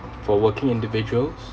for working individuals